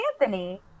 anthony